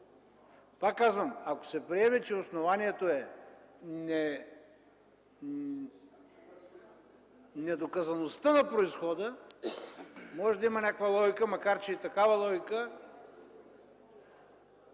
Пак казвам, че ако се приеме, че основанието е недоказаността на произхода, може да има някаква логика, макар че и такава логика?!...